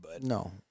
No